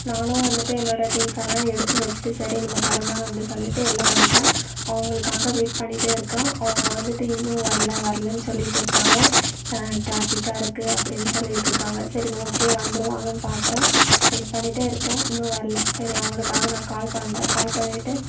நானும் வந்துட்டு என்னோடய திங்க்ஸ் எல்லாம் எடுத்து வச்சுட்டு சரி நம்ம கிளம்புலாம் அப்படின்னு சொல்லிட்டு வெளில வந்துட்டேன் அவங்களுக்காக வெயிட் பண்ணிகிட்டே இருக்கேன் அவங்க வந்துட்டு இன்னும் வரல வரலன்னு சொல்லிட்டு இருக்காங்க ட்ராஃபிக்காக இருக்குது அப்படின்னு சொல்லிட்டு இருக்காங்க சரி ஓகே வந்துவிடுவாங்கன்னு பார்க்குறேன் வெயிட் பண்ணிகிட்டே இருக்கேன் இன்னும் வரல சரி அவங்களுக்காக நான் கால் பண்ணுறேன் கால் பண்ணிவிட்டு